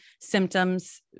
symptoms